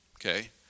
okay